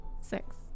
Six